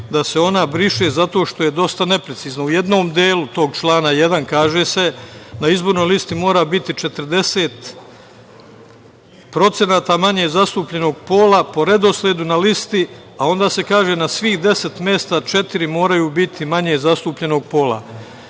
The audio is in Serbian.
da se ona briše, zato što je dosta neprecizna. U jednom delu tog člana 1. kaže se – na izbornoj listi mora biti 40% manje zastupljenog pola po redosledu na listi, a onda se kaže - na svih deset mesta četiri moraju biti manje zastupljenog pola. Iako